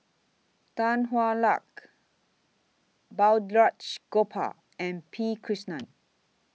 Tan Hwa Luck Balraj Gopal and P Krishnan